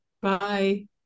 Bye